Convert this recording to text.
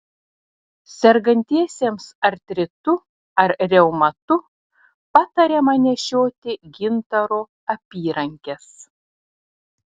sergantiesiems artritu ar reumatu patariama nešioti gintaro apyrankes